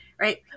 Right